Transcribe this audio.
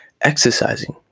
Exercising